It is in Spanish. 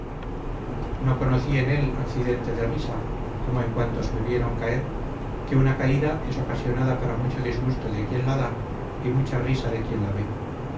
no conocí en él accidente de risa como en cuantos me vieron caer que una caída es ocasionada para mucho disgusto de quien la da y mucha risa de quien la ve